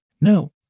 No